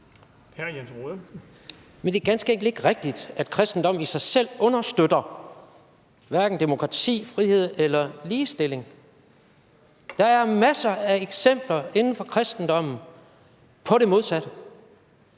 Men det er ganske enkelt ikke rigtigt, at kristendommen i sig selv understøtter demokrati, frihed og ligestilling. Der er masser af eksempler inden for kristendommen på det modsatte.